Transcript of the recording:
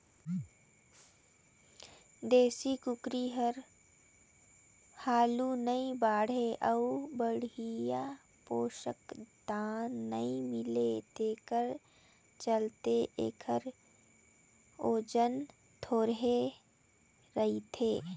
देसी कुकरी हर हालु नइ बाढ़े अउ बड़िहा पोसक दाना नइ मिले तेखर चलते एखर ओजन थोरहें रहथे